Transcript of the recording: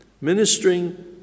Ministering